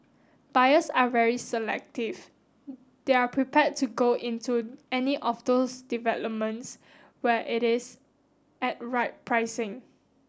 buyers are very selective they are prepare to go into any of those developments where it is at right pricing